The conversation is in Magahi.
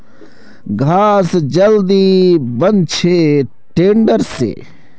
घास जल्दी बन छे टेडर से